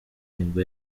nibwo